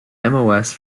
mos